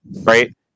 right